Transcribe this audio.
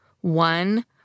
one